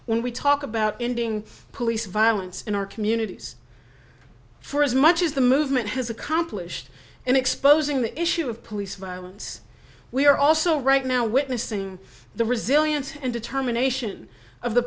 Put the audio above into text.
when we talk about ending police violence in our communities for as much as the movement has accomplished in exposing the issue of police violence we are also right now witnessing the resilience and determination of the